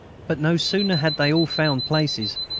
but no sooner had they all found places,